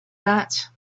that